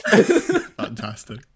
Fantastic